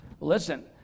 Listen